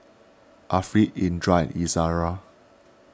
Afiq Indra and Izara